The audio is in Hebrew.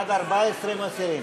עד 14 מסירים?